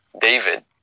David